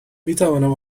میتوانم